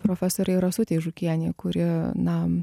profesorei rasutei žukienei kuri na